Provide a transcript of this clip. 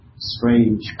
Strange